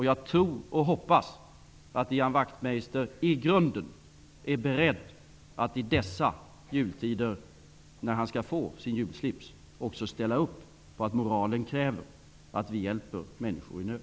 Jag tror och hoppas att Ian Wachtmeister i dessa jultider, när han skall få sin julslips, i grunden är beredd att ställa upp på att moralen kräver att vi hjälper människor i nöd.